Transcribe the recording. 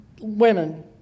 women